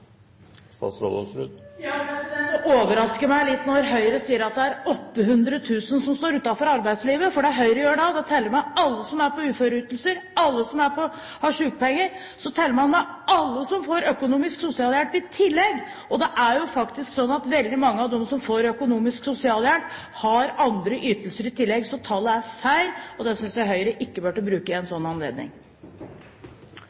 som står utenfor arbeidslivet». Det Høyre gjør, er å telle med alle som er på uføreytelser, og alle som har sykepenger, og så teller man med alle som får økonomisk sosialhjelp, i tillegg. Det er jo faktisk sånn at veldig mange av dem som får økonomisk sosialhjelp, har andre ytelser i tillegg. Tallet er feil, og det synes jeg Høyre ikke burde bruke ved en